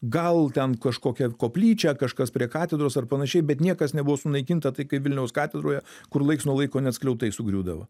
gal ten kažkokia koplyčia kažkas prie katedros ar panašiai bet niekas nebuvo sunaikinta tai kaip vilniaus katedroje kur laiks nuo laiko net skliautai sugriūdavo